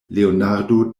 leonardo